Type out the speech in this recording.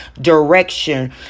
direction